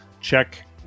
check